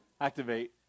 activate